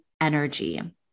energy